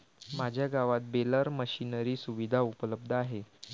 माझ्या गावात baler machinery सुविधा उपलब्ध आहे